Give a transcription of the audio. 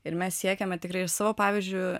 ir mes siekiame tikrai ir savo pavyzdžiu